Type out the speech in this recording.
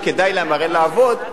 שכדאי להם לעבוד,